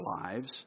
lives